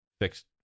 fixed